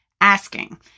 asking